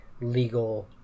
legal